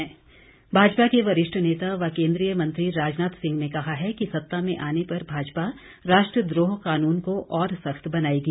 राजनाथ सिंह भाजपा के वरिष्ठ नेता व केंद्रीय मंत्री राजनाथ सिंह ने कहा है कि सत्ता में आने पर भाजपा राष्ट्रद्रोह कानून को और सख्त बनाएगी